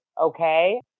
okay